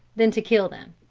than to kill them.